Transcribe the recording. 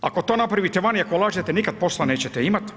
Ako to napravite vani, ako lažete nikad posla nećete imati.